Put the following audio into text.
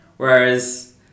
Whereas